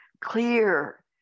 clear